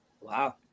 Wow